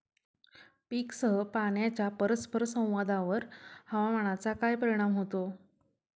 पीकसह पाण्याच्या परस्पर संवादावर हवामानाचा काय परिणाम होतो?